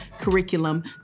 curriculum